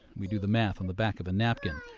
we do the math on the back of a napkin.